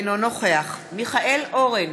אינו נוכח מיכאל אורן,